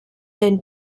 den